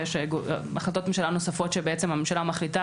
יש החלטות ממשלה נוספות שבעצם הממשלה מחליטה